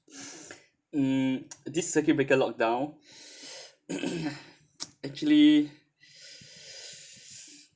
mm this circuit breaker lockdown actually